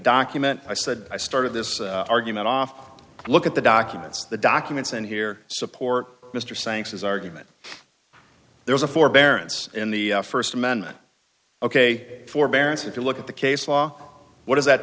document i said i started this argument off look at the documents the documents and here support mr sanctions argument there's a forbearance in the first amendment ok forbearance if you look at the case law what is that